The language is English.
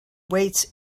weights